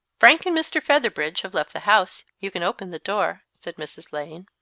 frank and mr. featherbridge have left the house. you can open the door, said mrs. lane.